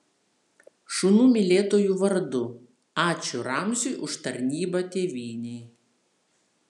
šunų mylėtojų vardu ačiū ramziui už tarnybą tėvynei